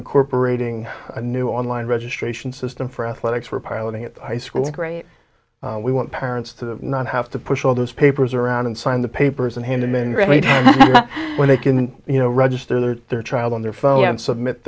incorporating a new online registration system for athletics we're piloting at the high school we want parents to not have to push all those papers around and sign the papers and hand them in really when they can you know registered their child on their phone and submit